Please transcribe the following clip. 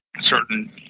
certain